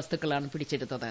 വസ്തുക്കളാണ് പിടിച്ചെടുത്തത്